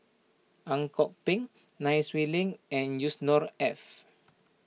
Ang Kok Peng Nai Swee Leng and Yusnor Ef